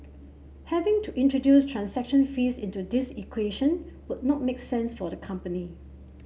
having to introduce transaction fees into this equation would not make sense for the company